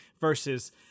versus